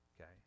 okay